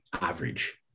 average